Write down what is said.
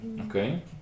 okay